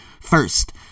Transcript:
First